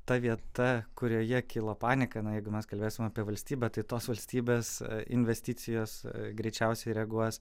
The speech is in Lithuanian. ta vieta kurioje kilo panika na jeigu mes kalbėsime apie valstybę tai tos valstybės investicijos greičiausiai reaguos